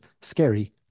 scary